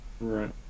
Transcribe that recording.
Right